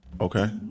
Okay